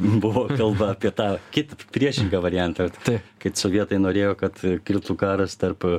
buvo kalba apie tą kitą priešingą variantą kad sovietai norėjo kad kiltų karas tarp